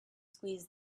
squeezed